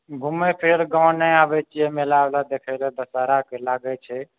घूमय फिरय लए गाँव नहि आबै छियै मेला उला देख़य लए दसहरा के लागै छै